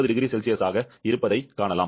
80 0C ஆக இருப்பதைக் காணலாம்